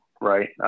right